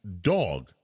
dog